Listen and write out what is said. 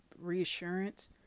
reassurance